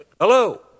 Hello